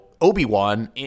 Obi-Wan